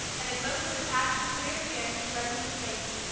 and a glimpse of her patron's clear skinned, resolute face.